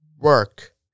work